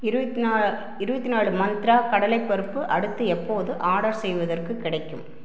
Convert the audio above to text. இருபத்தி நா இருபத்தி நாலு மந்த்ரா கடலைப் பருப்பு அடுத்து எப்போது ஆடர் செய்வதற்குக் கிடைக்கும்